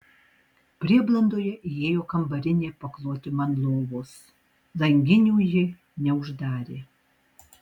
prieblandoje įėjo kambarinė pakloti man lovos langinių jį neuždarė